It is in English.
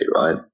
right